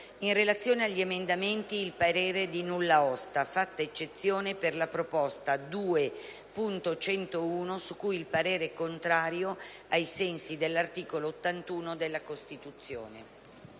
In relazione agli emendamenti, il parere è di nulla osta, fatta eccezione per la proposta 2.101, su cui il parere è contrario, ai sensi dell'articolo 81 della Costituzione».